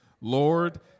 Lord